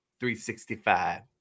365